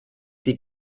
die